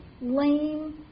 lame